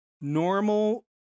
normal